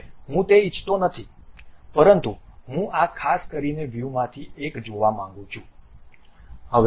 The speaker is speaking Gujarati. હવે હું તે ઇચ્છતો નથી પરંતુ હું આ ખાસ કરીને વ્યૂમાંથી એક જોવા માંગુ છું